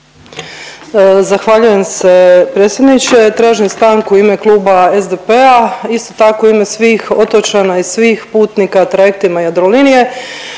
Zahvaljujem se predsjedniče. Tražim stanku u ime Kluba SDP-a. Isto tako u ime svih otočana i svih putnika trajektima Jadrolinije